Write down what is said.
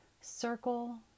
circle